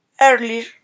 earlier